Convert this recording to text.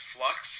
Flux